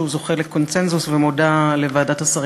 והוא נחקק תוך כדי שימוש בלקונה בהסכמי הסחר